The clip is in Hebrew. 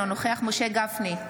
אינו נוכח משה גפני,